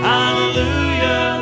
Hallelujah